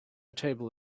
table